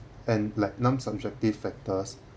and like non subjective factors